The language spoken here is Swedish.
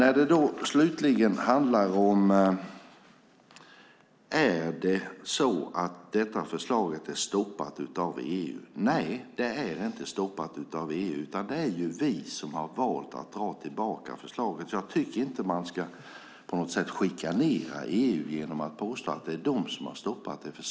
Är det då så att förslaget är stoppat av EU? Nej, det är inte stoppat av EU utan vi har valt att dra tillbaka förslaget. Jag tycker inte att man på något sätt ska chikanera dem i EU genom att påstå att det är de som har stoppat förslaget.